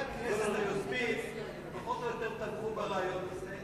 חברי הכנסת היוזמים פחות או יותר תמכו ברעיון הזה,